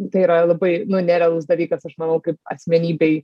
tai yra labai nu nerealus dalykas aš manau kaip asmenybei